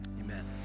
Amen